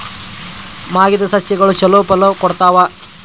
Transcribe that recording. ಮಾಗಿದ್ ಸಸ್ಯಗಳು ಛಲೋ ಫಲ ಕೊಡ್ತಾವಾ?